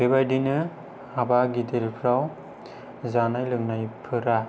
बेबायदिनो हाबा गिदिरफ्राव जानाय लोंनायफोरा